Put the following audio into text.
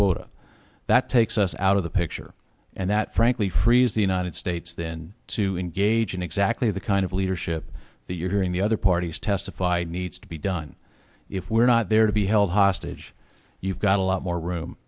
quota that takes us out of the picture and that frankly frees the united states then to engage in exactly the kind of leadership that you're hearing the other parties testify needs to be done if we're not there to be held hostage you've got a lot more room